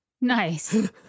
Nice